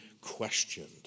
questioned